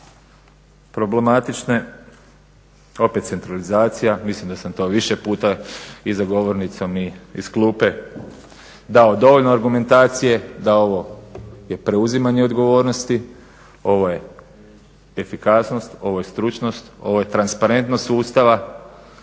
problematične opet centralizacija, mislim da sam to više puta i za govornicom i iz klupe dao dovoljno argumentacije da je ovo preuzimanje odgovornosti, ovo je efikasnost, ovo je stručnost, ovo je transparentnost sustava.